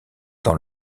dans